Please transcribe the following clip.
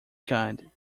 kind